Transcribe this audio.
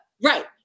Right